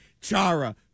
Chara